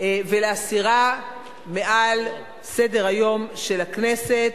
ולהסירה מעל סדר-היום של הכנסת.